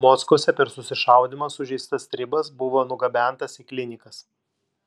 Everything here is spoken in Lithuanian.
mockuose per susišaudymą sužeistas stribas buvo nugabentas į klinikas